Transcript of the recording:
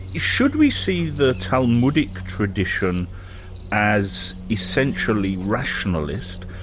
should we see the talmudic tradition as essentially rationalist,